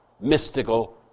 Mystical